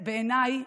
בעיניי,